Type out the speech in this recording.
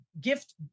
gift